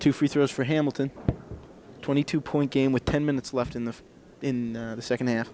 two free throws for hamilton twenty two point game with ten minutes left in the in the second half